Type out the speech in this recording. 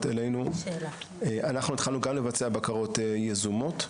אלינו אנחנו התחלנו כאן לבצע בקרות יזומות,